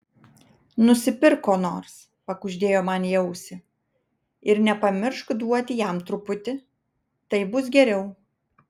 nusipirk ko nors pakuždėjo man į ausį ir nepamiršk duoti jam truputį taip bus geriau